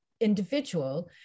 individual